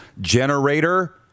Generator